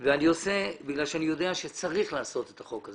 כי אני יודע שצריך לעשות את החוק הזה.